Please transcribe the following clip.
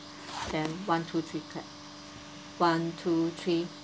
then one two three clap one two three